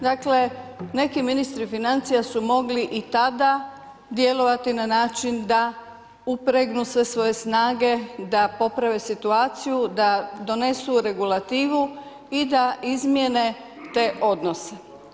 Dakle, neki ministri financija su mogli i tada djelovati na način da upregnu sve svoje snage, da poprave situaciju, da donesu regulativu i da izmijene te odnose.